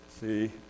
See